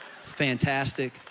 Fantastic